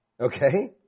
Okay